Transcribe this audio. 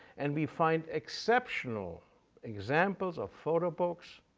and we find exceptional examples of photo books,